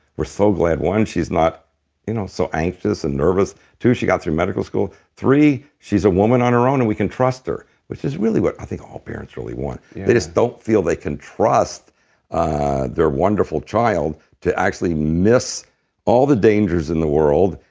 we're so glad, one, she's not you know so anxious and nervous, two, she got through medical school, three, she's a woman on her own and we can trust her. she's really what i think all parents really want they just don't feel they can trust ah their wonderful child to actually miss all the dangers in the world,